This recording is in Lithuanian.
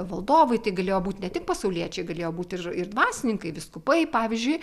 valdovai tai galėjo būt ne tik pasauliečiai galėjo būt ir ir dvasininkai vyskupai pavyzdžiui